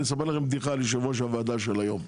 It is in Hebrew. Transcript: אני אספר לכם בדיחה על יושב ראש הוועדה של היום.